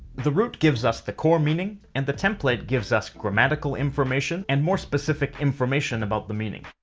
the root gives us the core meaning, and the template gives us grammatical information and more specific information about the meaning.